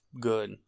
good